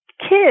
kids